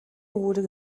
үүрэг